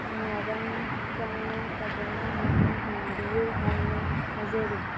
ꯃꯔꯝ ꯆꯥꯅ ꯐꯖꯅ ꯍꯣꯠꯅꯍꯟꯕꯤꯌꯨ ꯍꯥꯏꯅ ꯍꯥꯏꯖꯔꯤ